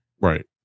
Right